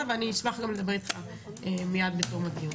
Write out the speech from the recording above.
ואני אשמח גם לדבר איתך מיד בתום הדיון.